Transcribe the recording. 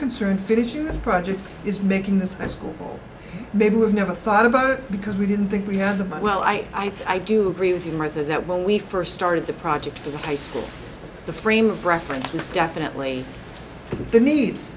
concerned finishing this project is making this high school maybe we've never thought about it because we didn't think we had the well i i do agree with you and i think that when we first started the project for the high school the frame of reference was definitely the needs